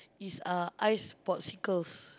is uh ice popsicles